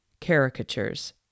Caricatures